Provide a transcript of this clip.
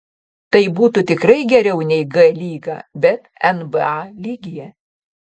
tai būtų tikrai geriau nei g lyga bet nba lygyje